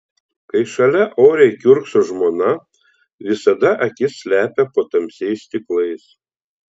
kai šalia oriai kiurkso žmona visada akis slepia po tamsiais stiklais